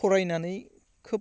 फरायनानै खोब